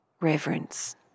reverence